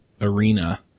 arena